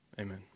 Amen